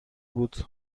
بود